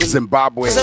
Zimbabwe